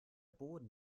boden